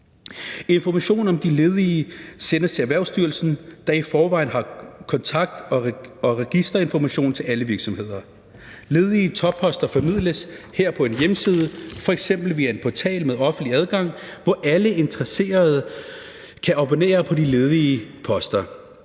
Information om de ledige sendes til Erhvervsstyrelsen, der i forvejen har kontakt- og registerinformation om alle virksomheder. Ledige topposter formidles her på en hjemmeside, f.eks. via en portal med offentlig adgang, hvor alle interesserede kan abonnere på de ledige poster.